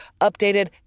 updated